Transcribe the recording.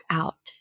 out